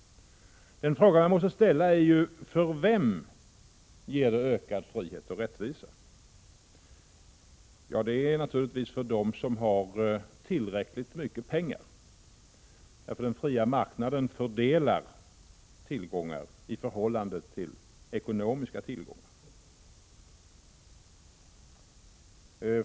Man måste då ställa frågan: För vem ger det ökad frihet och rättvisa? Ja, naturligtvis för dem som har tillräckligt mycket pengar, för den fria marknaden fördelar tillgångar i förhållande till ekonomiska resurser.